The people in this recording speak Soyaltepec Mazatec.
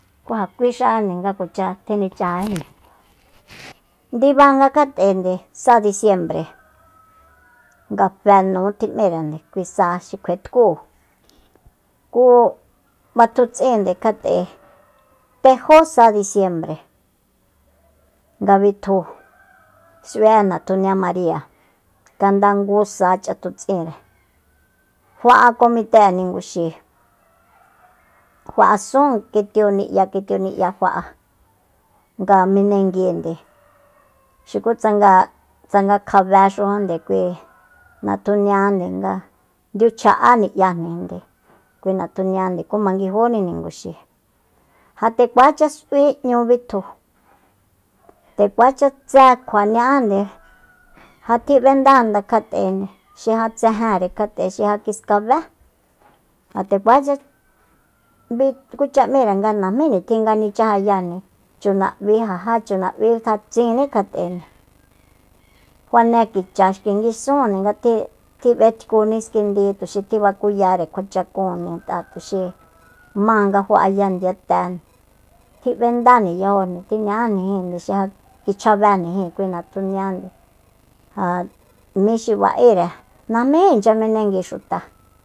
Ku ja kui xajande nga kuacha tjinichajajíjni ndibanga kjat'e sa disiembre nga fe nu tjimírende kui sa xi kjuetkúu ku fatutsinnde kjat'e tejó sa disiembre nga bitju s'ui'e natjunia maria kjanda ngu sa chatutsinre fa'a comite'e ninguxi fa'asun kitiu ni'ya kitiu ni'ya fa'a ja menenguinde xukutsa tsanga- tsanga kjabexujande kui natjuniajande nga ndiuchja'a ni'yajninde kui natjuniande ku manguijúni ninguxi ja nde kuacha s'ui'ñu bitju nde kuacha tse kjua ña'ánde ja tjib'enda janda kjatende xi ja tsejenre kjat'e xi ja kiskabé ja nde kuacha 'bi kucha m'írende nga najmí nitjin nga nichajayajni chuna'bi ja jachunab'i ja tsinní kjat'e fane kicha xki nguixunnde nga tji- tjib'etku niskindi tuxi tjibakuyare kjua chakun ngat'a tuxi ma nga fa'aya ndiyate tjib'endajni yajojnijin tjiña'ájnijinnde xi ja kichjabejnijin kui natjuniande ja mí xi ba'ére najmíji incha menengui xuta